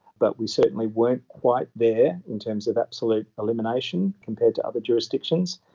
but we certainly weren't quite there in terms of absolute elimination compared to other jurisdictions.